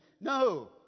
no